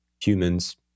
humans